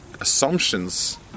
assumptions